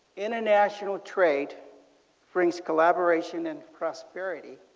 international trade brings collaboration and prosperity.